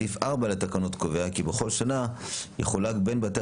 סעיף 4 לתקנות קובע כי בכל שנה יחולק בין בתי